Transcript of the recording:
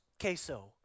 queso